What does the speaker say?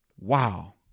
Wow